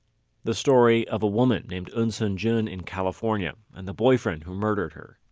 the story of a woman named eunsoon jun in california and the boyfriend who murdered her.